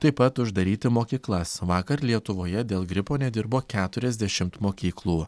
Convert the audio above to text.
taip pat uždaryti mokyklas vakar lietuvoje dėl gripo nedirbo keturiasdešimt mokyklų